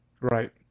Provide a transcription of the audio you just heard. Right